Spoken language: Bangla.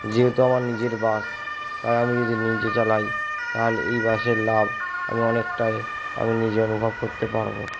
যেহেতু আমার নিজের বাস তাই আমি যদি নিজে চালাই তাহালে এই বাসের লাভ আমি অনেকটাই আমি নিজে অনুভব করতে পারব